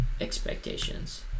expectations